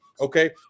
okay